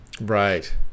Right